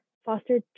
foster